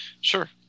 Sure